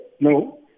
no